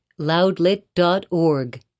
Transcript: loudlit.org